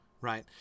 right